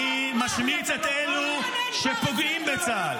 להשמיץ את צה"ל,